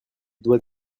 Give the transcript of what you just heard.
doit